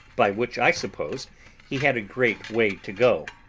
by which i supposed he had a great way to go.